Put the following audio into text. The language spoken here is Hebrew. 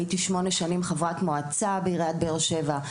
הייתי שמונה שנים חברת מועצה בעיריית באר שבע.